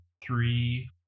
three